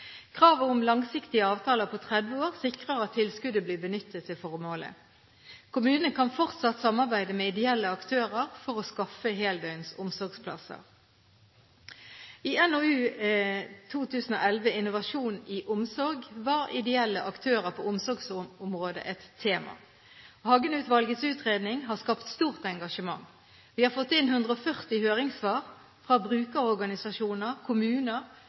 Kravet om langsiktige avtaler på 30 år sikrer at tilskuddet blir benyttet til formålet. Kommunene kan fortsatt samarbeide med ideelle aktører for å skaffe heldøgns omsorgsplasser. I NOU 2011:11, Innovasjon i omsorg, var ideelle aktører på omsorgsområdet et tema. Hagen-utvalgets utredning har skapt stort engasjement. Vi har fått inn 140 høringssvar fra brukerorganisasjoner, kommuner,